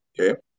Okay